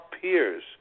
peers